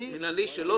המינהלתית.